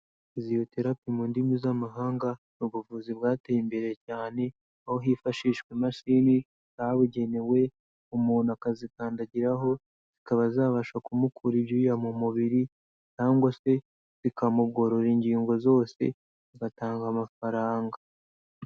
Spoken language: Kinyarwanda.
Physiotherapy mu ndimi z'amahanga, ni buvuzi bwateye imbere cyane aho hifashishwa imashini zabugenewe umuntu akazikandagiraho zikaba zabasha kumukura ibyuya mu mubiri cyangwa se bikamugorora ingingo zose, agatanga amafaranga.